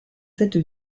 cette